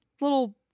little